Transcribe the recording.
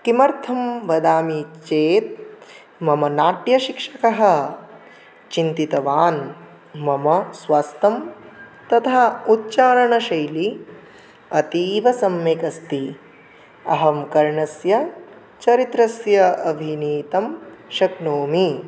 किमर्थं वदामि चेत् मम नाट्यशिक्षकः चिन्तितवान् मम स्वस्थं तथा उच्चारणशैली अतीवसम्यक् अस्ति अहं कर्णस्य चरित्रस्य अभिनेतुं शक्नोमि